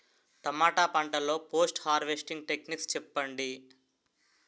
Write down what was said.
టమాటా పంట లొ post harvesting techniques చెప్పండి?